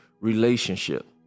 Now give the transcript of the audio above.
relationship